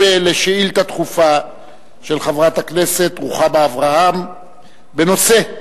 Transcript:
על שאילתא דחופה של חברת הכנסת רוחמה אברהם בנושא: